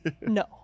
no